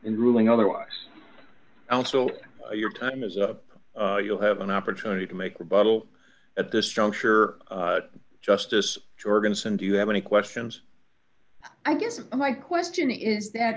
in ruling otherwise and so your time is up you'll have an opportunity to make rebuttal at this juncture justice jorgensen do you have any questions i guess my question is that